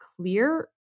clear